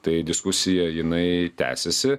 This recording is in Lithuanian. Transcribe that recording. tai diskusija jinai tęsiasi